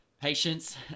patience